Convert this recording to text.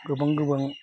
गोबां गोबां